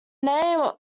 name